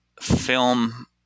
film